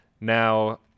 Now